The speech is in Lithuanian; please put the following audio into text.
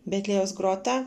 betliejaus grota